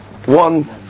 one